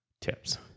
tips